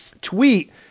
tweet